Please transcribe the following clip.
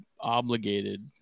obligated